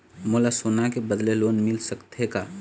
मोला सोना के बदले लोन मिल सकथे का?